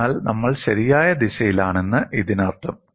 അതിനാൽ നമ്മൾ ശരിയായ ദിശയിലാണെന്ന് ഇതിനർത്ഥം